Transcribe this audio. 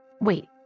Wait